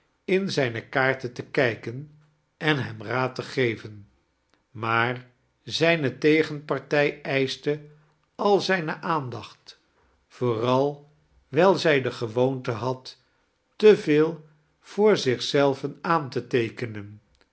in zijne kaarten te kijketi en hern raad te geven maar zijne tegenpartij eisehte al zijne aandacht vooral wijl zij de gewoonte had te veel voor zich zelve aan te teekenen